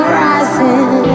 rising